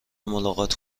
ملاقات